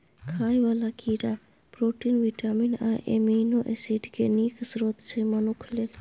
खाइ बला कीड़ा प्रोटीन, बिटामिन आ एमिनो एसिड केँ नीक स्रोत छै मनुख लेल